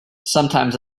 sometimes